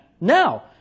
Now